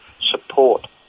support